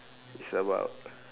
it's about